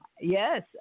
Yes